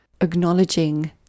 acknowledging